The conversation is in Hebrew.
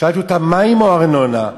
שאלתי אותה: מים או ארנונה?